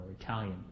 Italian